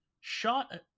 shot